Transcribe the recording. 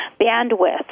bandwidth